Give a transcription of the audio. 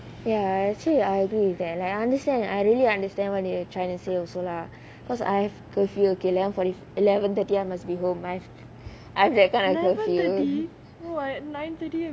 ya actually I agree that I understand I really understand what they're trying to say also lah because I have curfew okay eleven forty five eleven thirty I must be home I have that kind of curfew